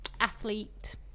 athlete